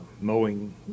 mowing